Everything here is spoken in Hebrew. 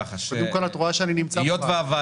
קודם כול את רואה שאני נמצא בוועדה.